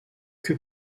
que